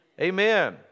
Amen